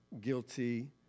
guilty